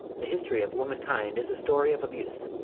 the history of womankind is a story of abuse.